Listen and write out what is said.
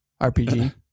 RPG